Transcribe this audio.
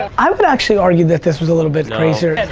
i would actually argue that this was a little bit crazier. and